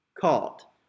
caught